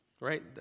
right